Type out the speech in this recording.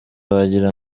wagira